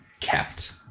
kept